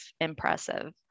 impressive